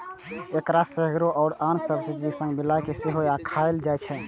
एकरा एसगरो आ आन सब्जीक संग मिलाय कें सेहो खाएल जाइ छै